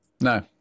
No